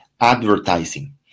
advertising